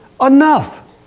enough